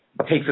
Takes